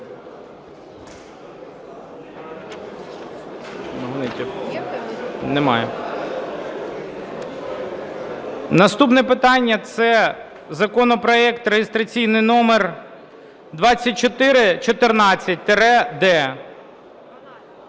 Наступне питання - це законопроект реєстраційний номер 2414-д